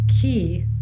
key